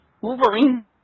Wolverine